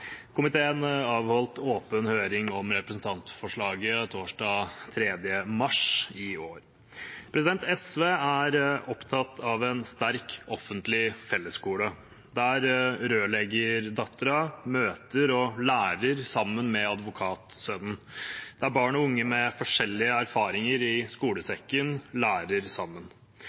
Komiteen avholdt åpen høring om representantforslaget torsdag 3. mars i år. SV er opptatt av en sterk offentlig fellesskole der rørleggerdatteren møter og lærer sammen med advokatsønnen, der barn og unge med forskjellige erfaringer i skolesekken lærer sammen.